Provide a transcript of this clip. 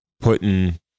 Putting